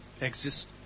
exist